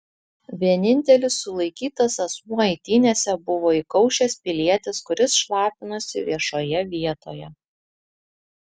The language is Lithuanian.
vienintelis sulaikytas asmuo eitynėse buvo įkaušęs pilietis kuris šlapinosi viešoje vietoje